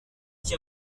qui